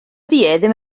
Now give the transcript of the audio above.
ddim